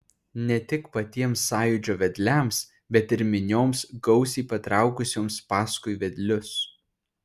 ne tik patiems sąjūdžio vedliams bet ir minioms gausiai patraukusioms paskui vedlius